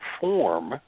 form